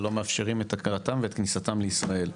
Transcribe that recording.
ולא מאפשרים את כניסתם לישראל.